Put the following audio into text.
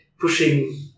pushing